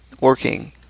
working